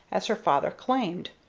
as her father claimed.